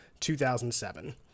2007